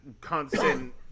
constant